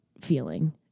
feeling